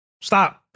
stop